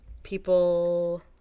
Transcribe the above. People